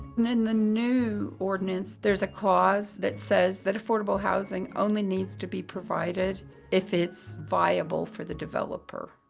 and in the new ordinance there's a clause that says that affordable housing only needs to be provided if it's viable for the developer.